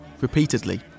...repeatedly